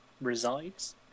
resides